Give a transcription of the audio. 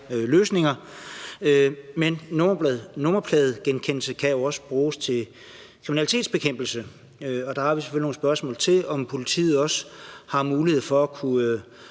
løsninger, men nummerpladegenkendelse kan jo også bruges til kriminalitetsbekæmpelse, og der har vi selvfølgelig nogle spørgsmål til, om politiet også har mulighed for at kunne